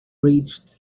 reached